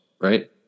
right